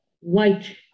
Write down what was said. white